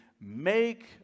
make